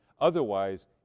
Otherwise